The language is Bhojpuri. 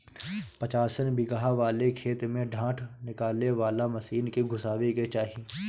पचासन बिगहा वाले खेत में डाँठ निकाले वाला मशीन के घुसावे के चाही